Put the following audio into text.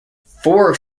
four